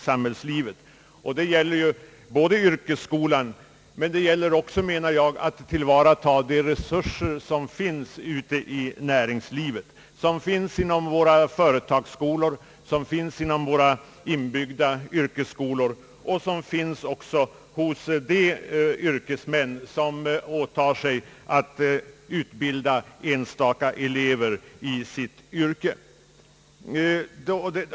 Det gäller att göra det bästa möjliga av den yrkesskola vi har men också att tillvarata de resurser som finns i yrkeslivet, inom företagsskolorna, i de inbyggda yrkesskolorna och hos de yrkesmän som åtar sig att utbilda enstaka elever i sitt yrke.